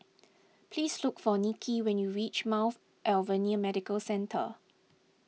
please look for Niki when you reach Mount Alvernia Medical Centre